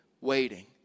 Waiting